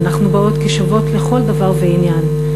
אנחנו באות כשוות לכל דבר ועניין.